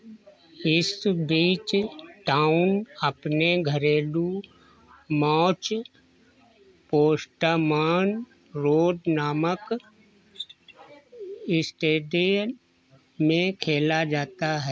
fish beach town अपने घरेलू match postman road नामक इस्टेडि में खेला जाता है